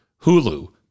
Hulu